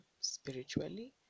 spiritually